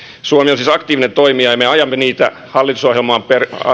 suomi on siis aktiivinen toimija ja me ajamme niitä hallitusohjelmaan